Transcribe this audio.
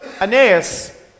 Aeneas